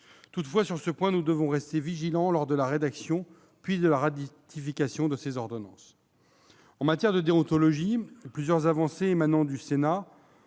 toutefois rester vigilants sur ce point lors de la rédaction, puis de la ratification de ces ordonnances. En matière de déontologie, plusieurs avancées émanant du Sénat